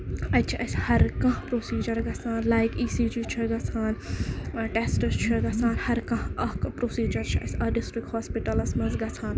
اَتہِ چھُ اَسہِ ہر کانہہ پروسیٖجر گژھان لایِک ای سی جی چھُ گژھان ٹیسٹز چھِ گژھان ہر کانہہ اکھ پروسیٖجر چھُ اَتھ ڈِسٹرک ہوسپِٹلَس منٛز گژھان